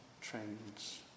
trends